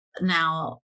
now